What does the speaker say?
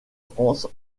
france